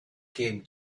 came